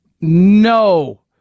no